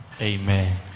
Amen